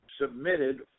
submitted